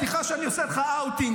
סליחה שאני עושה לך אאוטינג,